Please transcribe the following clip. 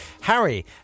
Harry